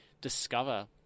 discover